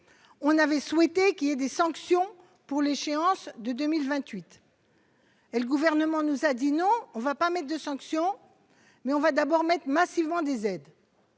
on avait souhaité qu'il y ait des sanctions pour l'échéance de 2028. Et le gouvernement nous a dit non, on ne va pas maître de sanctions, mais on va d'abord mettent massivement des aides.